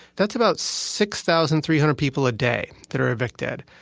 that's about six thousand three hundred people a day that are evicted.